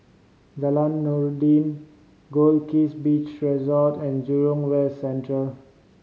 Jalan Noordin Goldkist Beach Resort and Jurong West Central